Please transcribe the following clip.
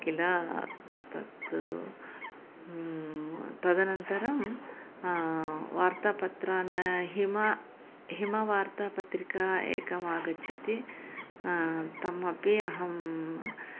किल तत् तदनन्तरं वार्तापत्राणि हिमः हिमवार्तापत्रिका एका आगच्छति ताम् अपि अहं